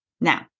Now